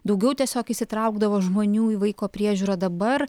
daugiau tiesiog įsitraukdavo žmonių į vaiko priežiūrą dabar